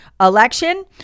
election